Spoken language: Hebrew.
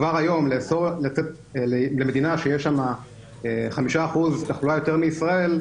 כבר היום לאסור לצאת למדינה שיש שם 5% תחלואה יותר מישראל,